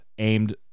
aimed